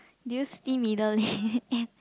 do you see middle lane